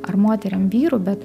ar moterim vyrų bet